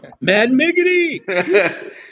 Mad-miggity